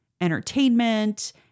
entertainment